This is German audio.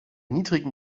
niedrigen